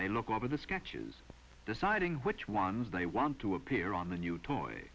they look over the sketches deciding which ones they want to appear on the new toy